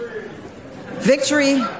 victory